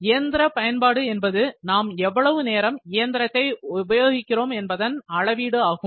இயந்திர பயன்பாடு என்பது நாம் எவ்வளவு நேரம் இயந்திரத்தை உபயோகிக்கிறோம் எனும் அளவீடு ஆகும்